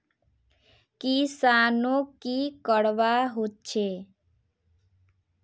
किसानोक की करवा होचे?